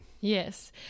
Yes